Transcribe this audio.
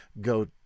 go